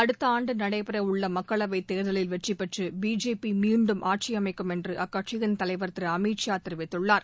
அடுத்த ஆண்டு நடைபெற உள்ள மக்களவைத் தேர்தலில் வெற்றிபெற்று பிஜேபி மீண்டும் ஆட்சியமைக்கும் என்று அக்கட்சியின் தலைவர் திரு அமித் ஷா தெரிவித்துள்ளார்